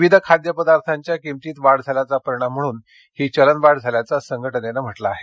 विविध खाद्य पदार्थांच्या किमतीत वाढ झाल्याचा परिणाम म्हणून ही चलनवाढ झाल्याचं संघटनेनं म्हटलं आहे